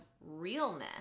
realness